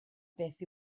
beth